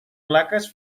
plaques